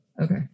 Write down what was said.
okay